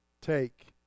Take